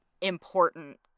important